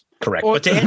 correct